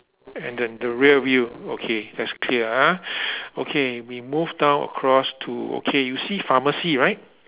and the the rear view okay that's clear ah okay we move down across to okay you see pharmacy right